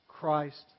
Christ